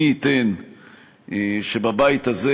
מי ייתן שבבית הזה,